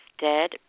dead